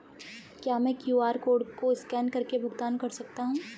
क्या मैं QR code को स्कैन करके भुगतान कर सकता हूं?